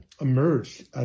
Emerged